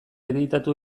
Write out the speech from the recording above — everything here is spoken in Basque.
editatu